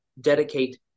dedicate